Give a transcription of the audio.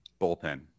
bullpen